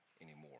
anymore